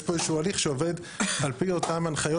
יש פה איזה הליך שעובד על פי אותן הנחיות